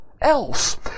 else